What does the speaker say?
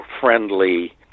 friendly